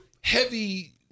heavy